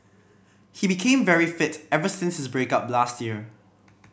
he became very fit ever since his break up last year